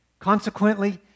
Consequently